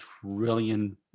trillion